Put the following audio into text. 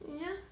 ya